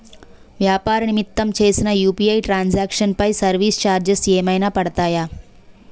వ్యాపార నిమిత్తం చేసిన యు.పి.ఐ ట్రాన్ సాంక్షన్ పై సర్వీస్ చార్జెస్ ఏమైనా పడతాయా?